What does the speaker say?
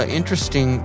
interesting